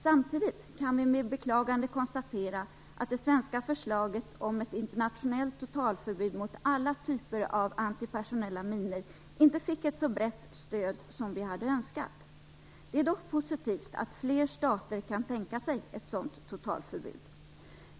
Samtidigt kan vi med beklagande konstatera att det svenska förslaget om ett internationellt totalförbud mot alla typer av antipersonella minor inte fick ett så brett stöd som vi hade önskat. Det är dock positivt att fler stater kan tänka sig ett sådant totalförbud.